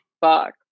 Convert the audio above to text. fuck